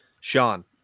Sean